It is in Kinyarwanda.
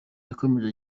yakomeje